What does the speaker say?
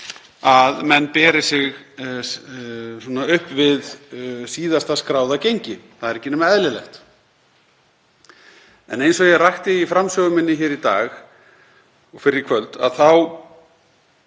að menn beri sig upp við síðasta skráða gengi, það er ekki nema eðlilegt. En eins og ég rakti í framsögu minni hér í dag og fyrr í kvöld þá